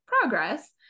progress